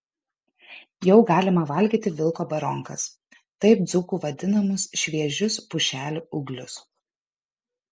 jau galima valgyti vilko baronkas taip dzūkų vadinamus šviežius pušelių ūglius